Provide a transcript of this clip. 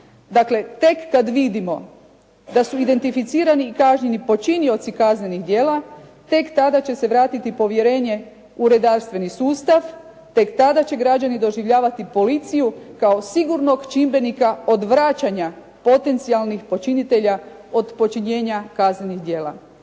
Dakle, tek kad vidimo da su identificirani i kažnjeni počinioci kaznenih djela, tek tada će se vratiti povjerenje u redarstveni sustav, tek tada će građani doživljavati policiju kao sigurnog čimbenika odvraćanja potencijalnih počinitelja od počinjenja kaznenih djela.